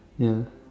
ya